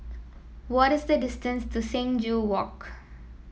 what is the distance to Sing Joo Walk